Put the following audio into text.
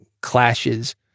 clashes